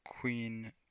Queen